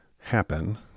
happen